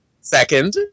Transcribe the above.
Second